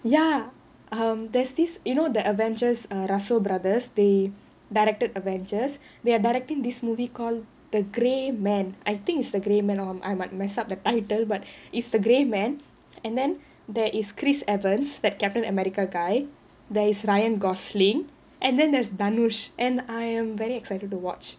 ya err there's this you know the avengers err russell brothers they directed avengers they are directing this movie call the grey man I think it's the grey man or I might mess up the title but it's the grey man and then there is chris evans the captain america guy there is ryan gosling and then there's dhanush and I am very excited to watch